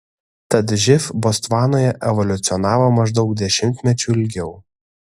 tad živ botsvanoje evoliucionavo maždaug dešimtmečiu ilgiau